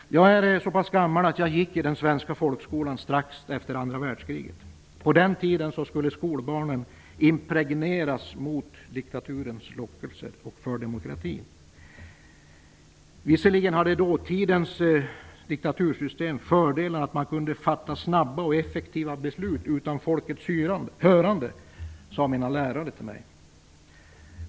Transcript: Jag är så pass gammal att jag gick i den svenska folkskolan strax efter andra världskriget. På den tiden skulle skolbarnen impregneras mot diktaturens lockelser och för demokratin. Visserligen hade dåtidens diktatursystem fördelen att man kunde fatta snabba och effektiva beslut utan folkets hörande, sade mina lärare till mig.